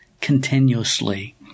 continuously